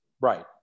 Right